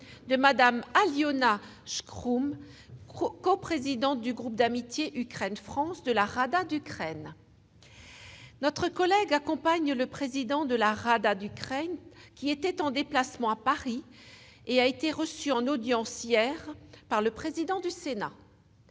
de Mme Aliona Shkroum, coprésidente du groupe d'amitié Ukraine-France de la Rada d'Ukraine. Notre collègue accompagne le président de la Rada d'Ukraine, qui était en déplacement à Paris et a été reçu en audience hier par le président du Sénat.